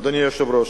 אדוני היושב-ראש,